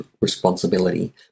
responsibility